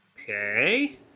Okay